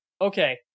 Okay